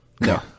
No